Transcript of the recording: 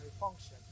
function